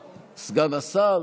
31,